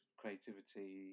creativity